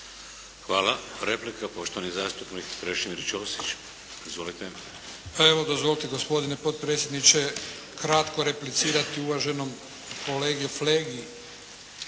Hvala. Replika poštovani zastupnik Krešimir Ćosić. Izvolite! **Ćosić, Krešimir (HDZ)** Pa evo, dozvolite gospodine potpredsjedniče kratko replicirati uvaženom kolegi Flegi.